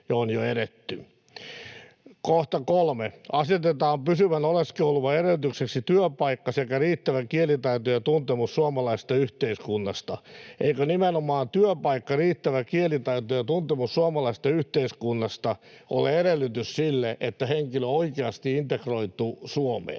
Kohta 3. Asetetaan pysyvän oleskeluluvan edellytykseksi työpaikka sekä riittävä kielitaito ja tuntemus suomalaisesta yhteiskunnasta. Eivätkö nimenomaan työpaikka, riittävä kielitaito ja tuntemus suomalaisesta yhteiskunnasta ole edellytys sille, että henkilö oikeasti integroituu Suomeen?